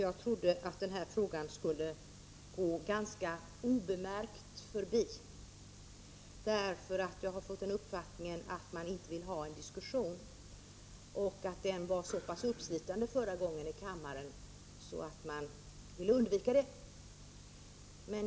Jag trodde nämligen att den här frågan skulle gå ganska obemärkt förbi. Jag hade fått uppfattningen att man inte ville ha en diskussion i denna fråga, eftersom motsvarande diskussion förra gången var så uppslitande att kammaren ville undvika en ny debatt i frågan.